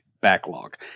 backlog